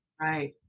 Right